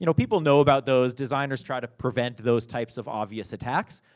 you know people know about those. designers try to prevent those types of obvious attacks.